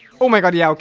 oh my god. yeah,